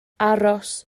aros